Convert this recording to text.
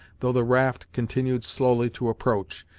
though the raft continued slowly to approach,